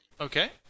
Okay